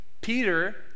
Peter